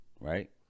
right